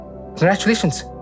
Congratulations